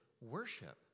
worship